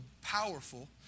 powerful